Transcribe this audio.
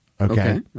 Okay